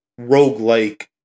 roguelike